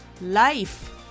Life